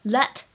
Let